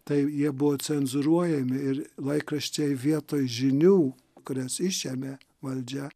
tai jie buvo cenzūruojami ir laikraščiai vietoj žinių kurias išėmė valdžia